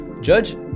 Judge